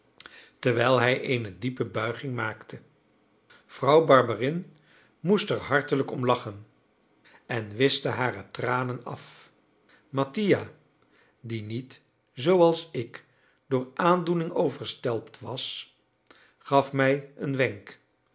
terwijl hij eene diepe buiging maakte vrouw barberin moest er hartelijk om lachen en wischte hare tranen af mattia die niet zooals ik door aandoening overstelpt was gaf mij een wenk